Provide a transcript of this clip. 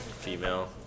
female